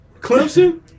Clemson